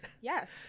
Yes